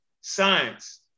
science